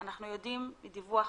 אנחנו יודעים מדיווח